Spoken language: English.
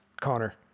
Connor